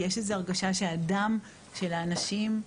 יש איזו הרגשה שהדם של האנשים,